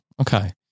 Okay